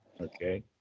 Okay